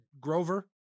Grover